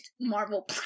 Marvel